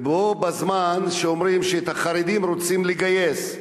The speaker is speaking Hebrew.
בו בזמן שאומרים שאת החרדים רוצים לגייס.